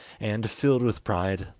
and, filled with pride,